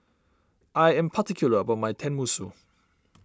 I am particular about my Tenmusu